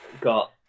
got